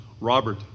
Robert